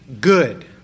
good